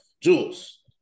jules